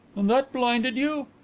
and that blinded you?